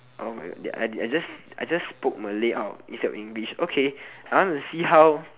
oh my god I just I just spoke malay out of instead of english I want to see how